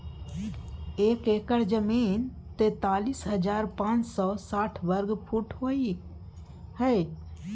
एक एकड़ जमीन तैंतालीस हजार पांच सौ साठ वर्ग फुट होय हय